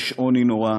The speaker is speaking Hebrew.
יש עוני נורא,